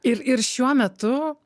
ir ir šiuo metu